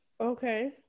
Okay